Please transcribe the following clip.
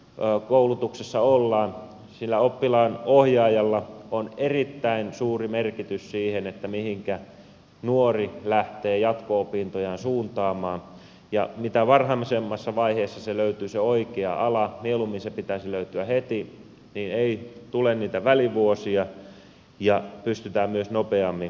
ja sitten kun esimerkiksi lukiokoulutuksessa ollaan sillä oppilaanohjaajalla on erittäin suuri merkitys sille mihinkä nuori lähtee jatko opintojaan suuntaamaan ja mitä varhaisemmassa vaiheessa löytyy se oikea ala mieluummin sen pitäisi löytyä heti niin ei tule niitä välivuosia ja pystytään myös nopeammin työllistymään